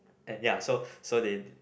and ya so so they